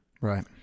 Right